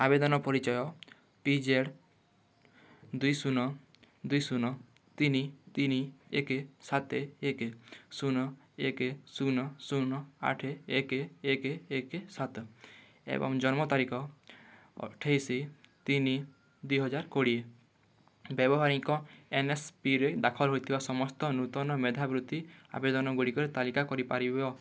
ଆବେଦନ ପରିଚୟ P Z ଦୁଇ ଶୂନ ଦୁଇ ଶୂନ ତିନି ତିନି ଏକେ ସାତେ ଏକେ ଶୂନ ଏକେ ଶୂନ ଶୂନ ଆଠେ ଏକେ ଏକେ ଏକେ ସାତ ଏବଂ ଜନ୍ମ ତାରିଖ ଅଠେଇଶି ତିନି ଦୁଇହଜାର କୋଡ଼ିଏ ବ୍ୟବହାରୀଙ୍କ ଏନ୍ଏସ୍ପିରେ ଦାଖଲ ହୋଇଥିବା ସମସ୍ତ ନୂତନ ମେଧାବୃତ୍ତି ଆବେଦନଗୁଡ଼ିକର ତାଲିକା କରିପାରିବ